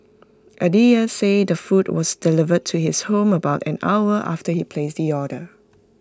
Aditya said the food was delivered to his home about an hour after he placed the order